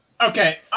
okay